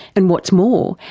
and what's more,